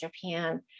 Japan